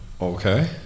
Okay